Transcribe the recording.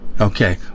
Okay